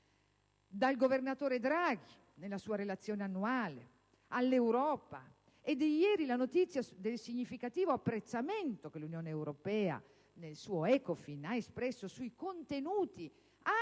dal governatore Draghi nella sua relazione annuale, dall'Europa: è di ieri la notizia del significativo apprezzamento che l'Unione europea (in particolare, l'ECOFIN) ha espresso sui contenuti,